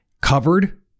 covered